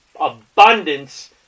abundance